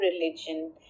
religion